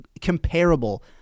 comparable